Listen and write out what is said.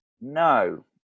No